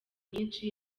nyinshi